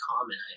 common